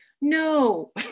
no